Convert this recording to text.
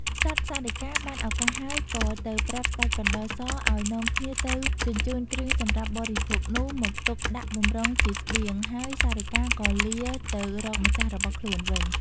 សត្វសារិកា បានឱកាសហើយ ក៏ទៅប្រាប់ស្ដេចកណ្ដុរសឲ្យនាំគ្នាទៅជញ្ជូនគ្រឿងសម្រាប់បរិភោគនោះ មក ទុកដាក់បម្រុងជាស្បៀង ហើយសារិកាក៏លាទៅរកម្ចាស់របស់ខ្លួនវិញ ។